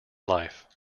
life